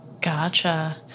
Gotcha